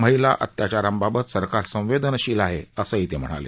महिला अत्याचाराबाबत सरकार संवेदनशील आहे असंही ते म्हणाले